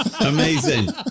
Amazing